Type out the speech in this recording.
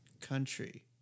country